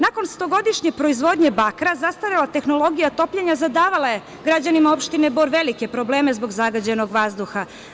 Nakon stogodišnje proizvode bakra, zastarela tehnologija topljenja zadavala je građanima opštine Bor velike probleme zbog zagađenog vazduha.